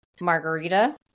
margarita